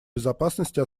безопасности